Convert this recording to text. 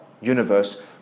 universe